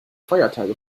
feiertage